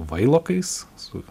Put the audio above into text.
vailokais su